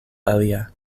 alia